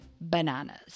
bananas